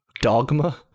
Dogma